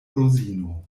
rozino